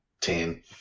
ten